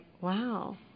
wow